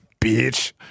bitch